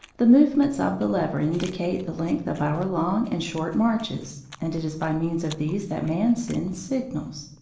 the movements of the lever indicate the length of our long and short marches, and it is by means of these that man sends signals.